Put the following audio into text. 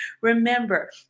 Remember